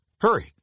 Hurry